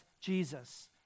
Jesus